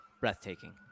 breathtaking